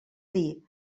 dir